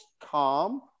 calm